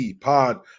pod